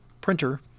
printer